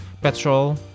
petrol